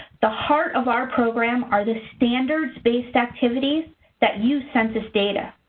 the heart of our program are the standards based activities that use census data.